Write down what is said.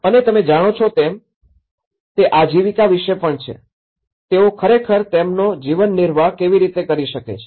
અને તમે જાણો છો તેમ તે આજીવિકા વિશે પણ છે તેઓ ખરેખર તેમનો જીવનનિર્વાહ કેવી રીતે કરી શકે છે